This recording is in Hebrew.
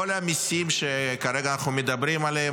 כל המיסים שכרגע אנחנו מדברים עליהם,